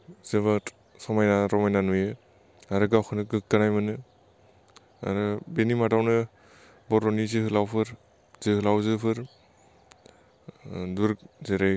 जोबोद समायना रमायना नुयो आरो गावखौनो गोग्गानाय मोनो आरो बेनि मादावनो बर'नि जोहोलावफोर जोहोलावजोफोर दुर्ग जेरै